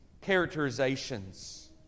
characterizations